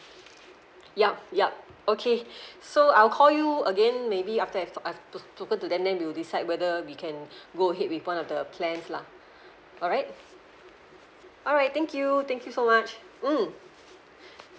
yup yup okay so I'll call you again maybe after I've I've spo~ spoken to them then we'll decide whether we can go ahead with one of the plans lah alright alright thank you thank you so much mm